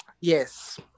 Yes